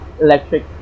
electric